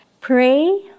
pray